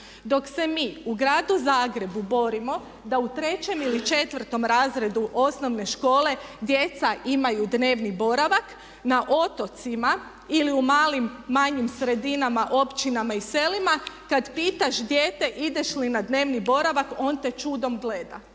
Dok se mi u gradu Zagrebu borimo da u trećem ili četvrtom razredu osnovne škole djeca imaju dnevni boravak, na otocima ili u malim, manjim sredinama, općinama i selima kad pitaš dijete ideš li na dnevni boravak on te čudom gleda